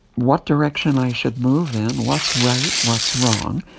what direction i should move in, what's right, what's wrong.